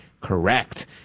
correct